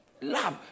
Love